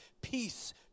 Peace